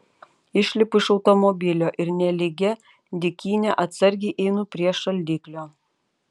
išlipu iš automobilio ir nelygia dykyne atsargiai einu prie šaldiklio